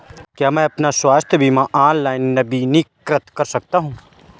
क्या मैं अपना स्वास्थ्य बीमा ऑनलाइन नवीनीकृत कर सकता हूँ?